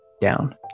down